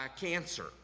cancer